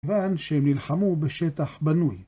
כיוון שהם נלחמו בשטח בנוי.